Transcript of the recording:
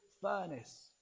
furnace